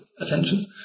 attention